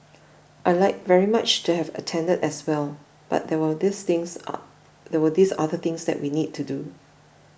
I'd like very much to have attended as well but there were these things are there were these other things that we need to do